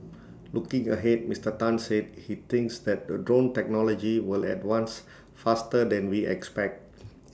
looking ahead Mister Tan said he thinks that drone technology will advance faster than we expect